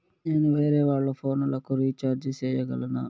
నేను వేరేవాళ్ల ఫోను లకు రీచార్జి సేయగలనా?